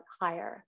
higher